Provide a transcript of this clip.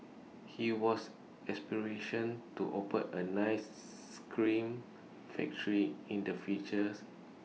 he was aspirations to open A nice scream factory in the futures